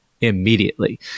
immediately